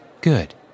Good